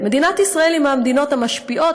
מדינת ישראל היא מהמדינות המשפיעות,